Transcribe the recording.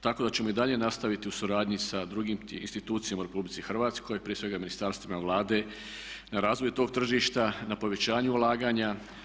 Tako da ćemo i dalje nastaviti u suradnji sa drugim institucijama u RH prije svega ministarstvima Vlade na razvoju tog tržišta, na povećanju ulaganja.